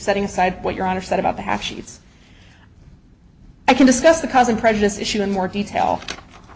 setting aside what your honor said about the half sheets i can discuss the cousin prejudice issue in more detail